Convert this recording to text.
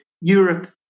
Europe